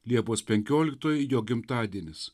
liepos penkioliktoji jo gimtadienis